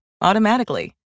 automatically